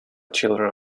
children